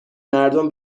مردم